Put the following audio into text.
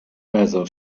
also